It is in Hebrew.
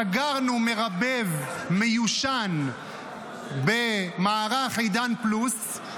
סגרנו מרבב מיושן במערך עידן פלוס,